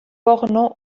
porno